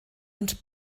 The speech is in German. und